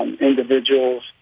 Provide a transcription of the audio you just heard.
individuals